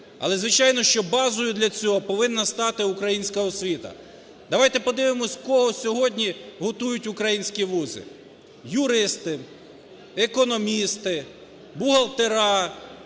Але звичайно, що базою для цього повинна стати українська освіта. Давайте подивимось, кого сьогодні готують українські вузи: юристи, економісти, бухгалтера.